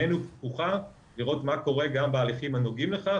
עינינו פקוחה לראות מה קורה גם בהליכים הנוגעים לכך,